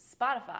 Spotify